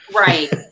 right